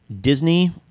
Disney